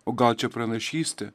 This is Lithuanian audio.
o gal čia pranašystė